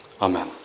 Amen